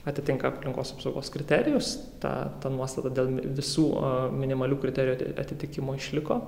atitinka aplinkos apsaugos kriterijus ta ta nuostata dėl visų minimalių kriterijų atitikimo išliko